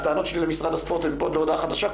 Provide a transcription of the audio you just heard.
הטענות שלי למשרד הספורט הם מפה ועד להודעה חדשה,